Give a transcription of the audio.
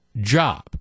job